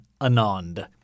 Anand